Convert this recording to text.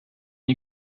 you